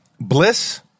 Bliss